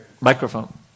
Microphone